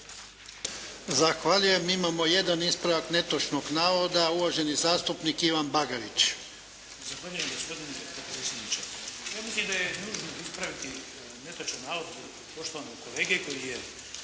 Zahvaljujem. Imamo jedan ispravak netočnog navoda. Uvaženi zastupnik Ivan Bagarić. **Bagarić, Ivan (HDZ)** Zahvaljujem gospodine potpredsjedniče. Ja mislim da je nužno ispraviti netočan navod poštovanog kolege koji je